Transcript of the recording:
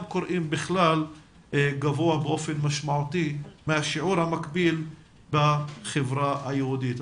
קוראים בכלל גבוה באופן משמעותי מהשיעור המקביל בחברה היהודית.